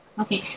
Okay